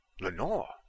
Lenore